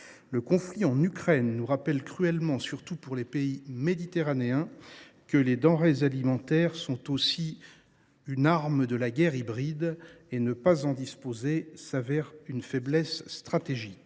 Le conflit en Ukraine nous rappelle cruellement, surtout pour les pays méditerranéens, que les denrées alimentaires sont une arme de la guerre hybride. Dès lors, ne pas en disposer est une faiblesse stratégique.